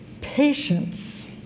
patience